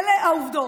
אלה העובדות.